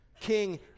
King